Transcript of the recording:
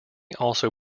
also